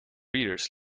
readers